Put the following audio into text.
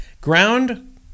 ground